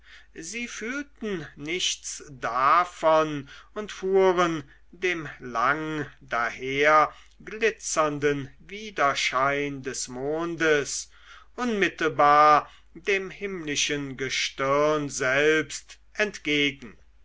sie fühlten nichts davon und fuhren dem lang daherglitzernden widerschein des mondes unmittelbar dem himmlischen gestirn selbst entgegen